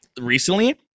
recently